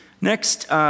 Next